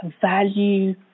value